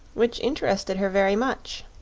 which interested her very much.